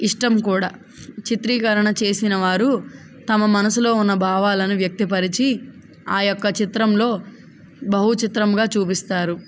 ఇష్టం కూడా చిత్రీకరణ చేసిన వారు తమ మనసులో ఉన్న భావాలను వ్యక్తపరిచి ఆ యొక్క చిత్రంలో బహు చిత్రంగా చూపిస్తారు